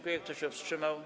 Kto się wstrzymał?